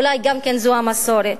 אולי גם זו המסורת.